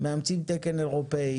מאמצים תקן אירופאי,